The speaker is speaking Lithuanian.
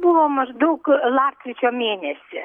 buvo maždaug lapkričio mėnesį